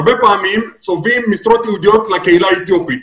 הרבה פעמים צובעים משרות ייעודיות לקהילה האתיופית